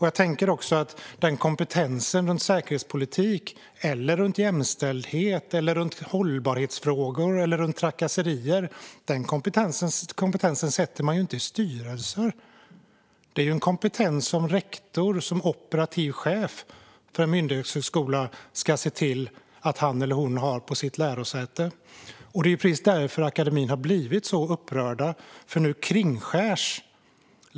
Jag tänker också att kompetens i fråga om säkerhetspolitik - eller jämställdhet eller hållbarhetsfrågor eller trakasserier - sätter man ju inte i styrelser. Det är en kompetens som rektor som operativ chef för en myndighetshögskola ska se till att han eller hon har på sitt lärosäte. Det är precis därför akademin har blivit så upprörd.